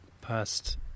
Past